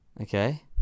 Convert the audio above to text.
okay